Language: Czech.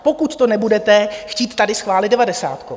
Pokud to nebudete chtít tady schválit devadesátkou.